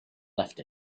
left